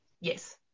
Yes